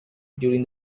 during